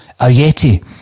Ayeti